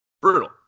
Brutal